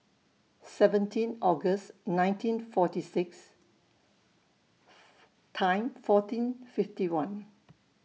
seventeen August nineteen forty six Time fourteen fifty one